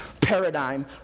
paradigm